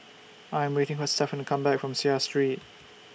I Am waiting For Stephon to Come Back from Seah Street